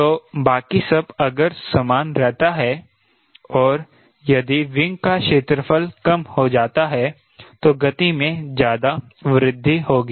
तो बाकी सब अगर समान रहता है और यदि विंग का क्षेत्रफल कम हो जाता है तो गति में ज्यादा वृद्धि होगी